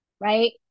right